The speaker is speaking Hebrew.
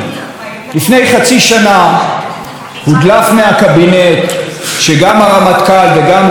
לפני חצי שנה הודלף מהקבינט שגם הרמטכ"ל וגם ראש השב"כ